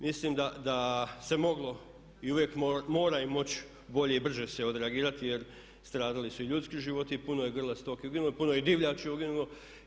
Mislim da se moglo i uvijek mora moći bolje i brže se odreagirati jer stradali su i ljudski životi i puno je grla stoke uginulo, puno je divljači uginulo.